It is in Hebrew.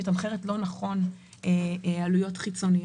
שהיא מתמחרת לא נכון עלויות חיצוניות.